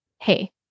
Hey